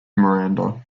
miranda